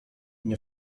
nie